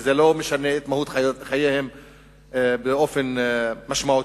שזה לא משנה את מהות חייהם באופן משמעותי,